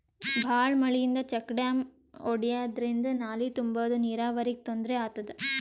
ಭಾಳ್ ಮಳಿಯಿಂದ check dam ಒಡ್ಯಾದ್ರಿಂದ ನಾಲಿ ತುಂಬಾದು ನೀರಾವರಿಗ್ ತೊಂದ್ರೆ ಆತದ